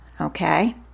okay